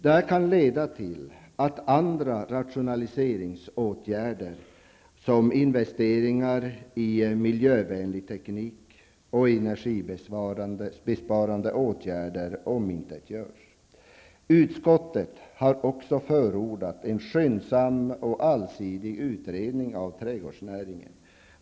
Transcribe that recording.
Det kan leda till att andra rationaliseringsåtgärder, som investeringar i miljövänlig teknik och energibesparande åtgärder, omintetgörs. Utskottet har också förordat en skyndsam och allsidig utredning av trädgårdsnäringen.